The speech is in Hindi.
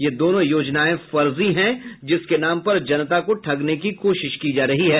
यह दोनों योजनाएं फर्जी हैं जिसके नाम पर जनता को ठगने की कोशिश की जा रही है